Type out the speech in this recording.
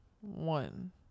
one